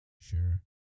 Sure